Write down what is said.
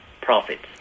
profits